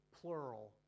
plural